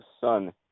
son